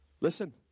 Listen